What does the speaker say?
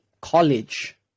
college